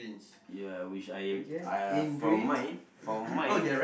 ya which I uh from mine from mine